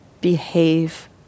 behave